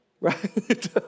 Right